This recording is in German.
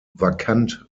vakant